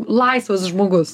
laisvas žmogus